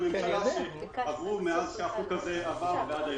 הממשלה שעברו מאז שהחוק הזה עבר ועד היום.